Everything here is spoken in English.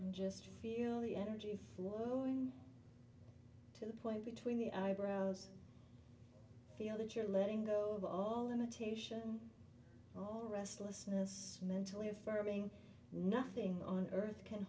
to just feel the energy flowing to the place between the eyebrows feel that you're letting go of all imitation oh restlessness mentally affirming nothing on earth can